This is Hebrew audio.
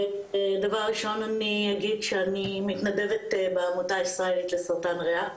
דבר ראשון אני אגיד שאני מתנדבת בעמותה הישראלית לסרטן הריאה.